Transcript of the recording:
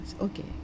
Okay